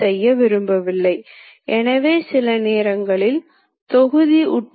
எனவே இப்போது ஷாப்ட் என்கோடரின் ஒரு துடிப்புக்கு 0